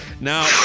now